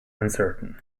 uncertain